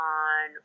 on